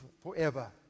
forever